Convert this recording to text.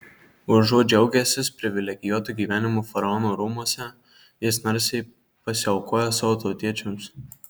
užuot džiaugęsis privilegijuotu gyvenimu faraono rūmuose jis narsiai pasiaukoja savo tautiečiams